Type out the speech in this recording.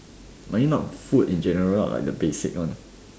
might not be food in general lah like the basic one